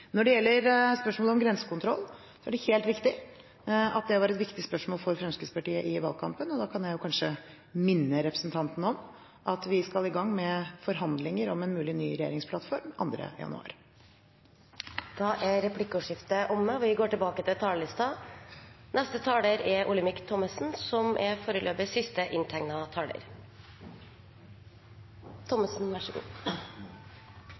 Når det gjelder spørsmålet om grensekontroll, er det helt riktig at det var et viktig spørsmål for Fremskrittspartiet i valgkampen. Da kan jeg kanskje minne representanten om at vi skal i gang med forhandlinger om en mulig ny regjeringsplattform den 2. januar. Replikkordskiftet er omme. Jeg finner det naturlig å knytte noen kommentarer til